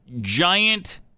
giant